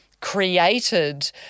created